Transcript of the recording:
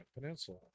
peninsula